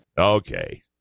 Okay